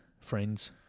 Friends